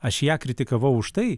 aš ją kritikavau už tai